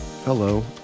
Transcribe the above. Hello